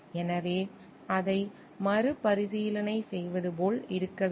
எனவே அதை மறுபரிசீலனை செய்வது போல் இருக்க வேண்டும்